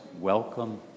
welcome